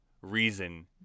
reason